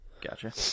Gotcha